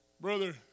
Brother